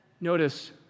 notice